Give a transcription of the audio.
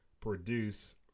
produce